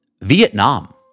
Vietnam